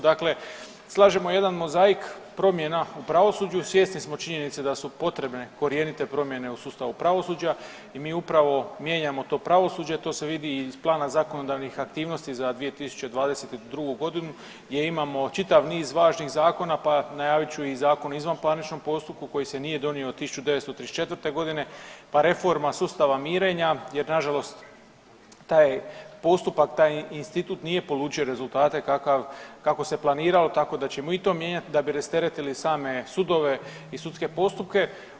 Dakle, slažemo jedan mozaik promjena u pravosuđu svjesni smo činjenice da su potrebne korjenite promjene u sustavu pravosuđa i mi upravo mijenjamo to pravosuđe, to se vidi iz plana zakonodavnih aktivnosti za 2022.g. gdje imamo čitav niz važnih zakona pa najavit ću i Zakon o izvanparničnom postupku koji se nije donio od 1934.g., pa reforma sustava mirenja jer nažalost taj postupak taj institut nije polučio rezultate kako se planiralo tako da ćemo i to mijenjati da bi rasteretili same sudove i sudske postupke.